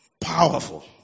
Powerful